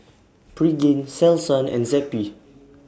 Pregain Selsun and Zappy